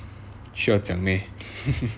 需要讲 meh